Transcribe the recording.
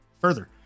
further